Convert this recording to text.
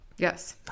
Yes